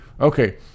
okay